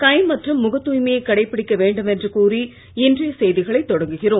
கை மற்றும் முகத் தூய்மையை கடைபிடிக்க வேண்டும் என்று கூறி இன்றைய செய்திகளை தொடங்குகிறோம்